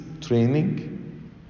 training